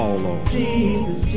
Jesus